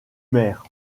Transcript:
maire